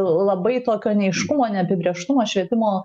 labai tokio neaiškumo neapibrėžtumo švietimo